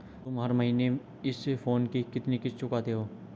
तुम हर महीने इस फोन की कितनी किश्त चुकाते हो?